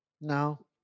No